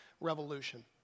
Revolution